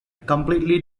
completely